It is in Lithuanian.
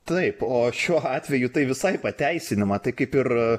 taip o šiuo atveju tai visai pateisinama tai kaip ir